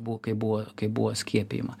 buvo kaip buvo kaip buvo skiepijama